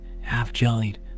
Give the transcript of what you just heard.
half-jellied